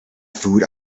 food